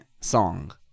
song